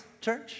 church